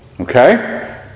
okay